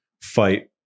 fight